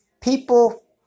People